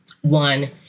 one